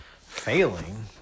failing